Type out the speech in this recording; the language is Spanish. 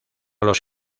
los